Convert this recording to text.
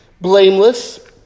blameless